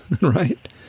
right